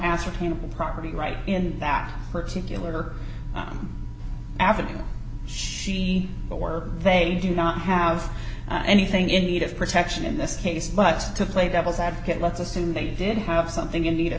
ascertainable property right in that particular afternoon or she or they do not have anything in need of protection in this case but to play devil's advocate let's assume they did have something in need of